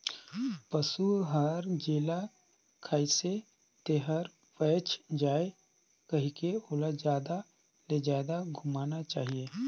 पसु हर जेला खाइसे तेहर पयच जाये कहिके ओला जादा ले जादा घुमाना चाही